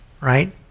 right